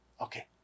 Okay